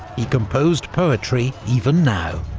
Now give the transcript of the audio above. he composed poetry even now.